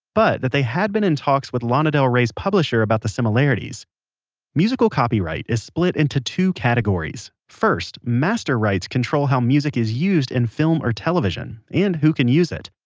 but that they had been in talks with lana del rey's publisher about the similarities musical copyright is split into two categories. first master rights control how music is used in film or television, and who can use it.